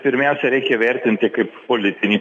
pirmiausia reikia vertinti kaip politinį